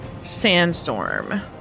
sandstorm